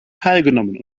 teilgenommen